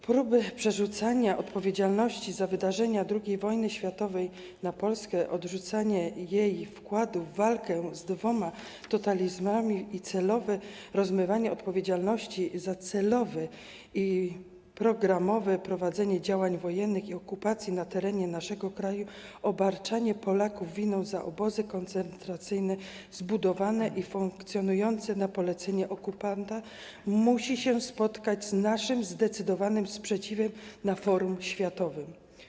Próby przerzucania odpowiedzialności za wydarzenia II wojny światowej na Polskę, odrzucanie jej wkładu w walkę z dwoma totalitaryzmami i rozmywanie odpowiedzialności za celowe i programowe prowadzenie działań wojennych i okupacji na terenie naszego kraju, obarczanie Polaków winą za obozy koncentracyjne zbudowane i funkcjonujące na polecenie okupanta musi się spotkać z naszym zdecydowanym sprzeciwem na forum światowym.